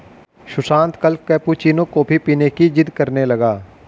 सुशांत कल cappuccino coffee पीने की जिद्द करने लगा